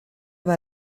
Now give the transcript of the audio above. war